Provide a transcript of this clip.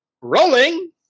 Rolling